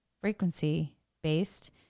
frequency-based